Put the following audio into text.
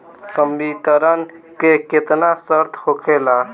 संवितरण के केतना शर्त होखेला?